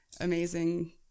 amazing